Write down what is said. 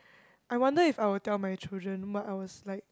I wonder if I will tell my children what I was like